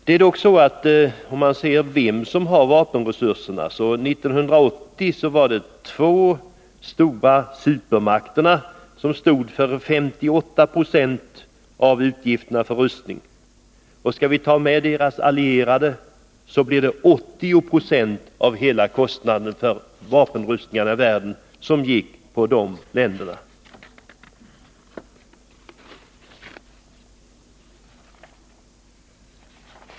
Om man studerar vem som har vapenresurserna finner man att de två stora supermakterna stod för 58 96 av utgifterna för rustning. Och tar vi med deras allierade står de länderna totalt för 80 26 av hela vapenrustningen i världen.